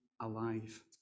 alive